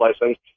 license